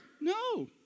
No